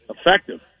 effective